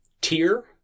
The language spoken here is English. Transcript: tier